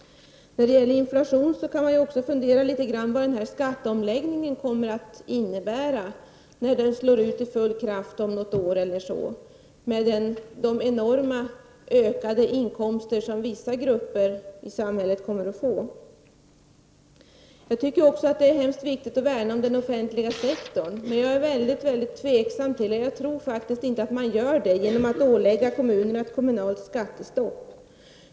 När det gäller inflationen kan man också fundera litet grand över vad skatteomläggningen kommer att innebära när den slår ut i full kraft om kanske något år med de enorma, ökade inkomster som vissa grupper i samhället kommer att få. Jag tycker också att det är mycket viktigt att värna om den offentliga sektorn. Jag tror dock inte att man gör det genom att ålägga kommunerna ett kommunalt skattestopp.